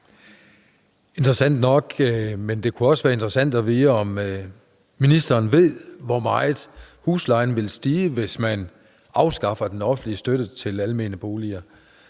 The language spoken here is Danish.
interessant nok. Men det kunne også være interessant at høre, om ministeren ved, hvor meget huslejen vil stige, hvis man afskaffer den offentlige støtte til almene boliger.